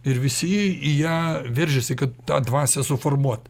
ir visi į ją veržiasi kad tą dvasią suformuot